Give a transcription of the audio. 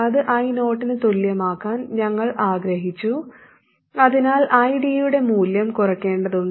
അത് I0 ന് തുല്യമാകാൻ ഞങ്ങൾ ആഗ്രഹിച്ചു അതിനാൽ ID യുടെ മൂല്യം കുറയ്ക്കേണ്ടതുണ്ട്